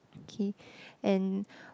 K and